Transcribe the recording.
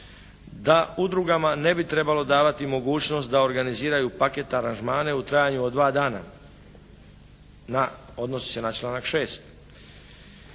Da udrugama ne bi trebalo davati mogućnost da organiziraju paket aranžmane u trajanju od dva dana, odnosi se na članak 6.